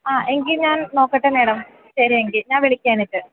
ആ എങ്കിൽ ഞാൻ നോക്കട്ടെ മേഡം ശരി എങ്കിൽ ഞാൻ വിളിക്കാം എന്നിട്ട്